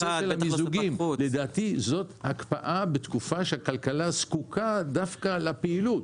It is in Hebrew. לדעתי זאת הקפאה בתקופה שהכלכלה זקוקה דווקא לפעילות.